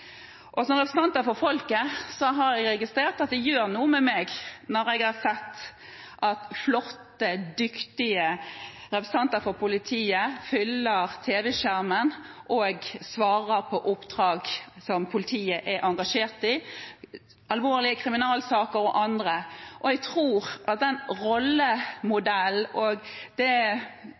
Som representant for folket har jeg registrert at det gjør noe med meg når jeg ser at flotte, dyktige representanter for politiet fyller tv-skjermen og svarer når det gjelder oppdrag som politiet er engasjert i, alvorlige kriminalsaker og andre saker. Jeg tror at den rollemodellen og det